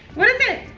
what is it?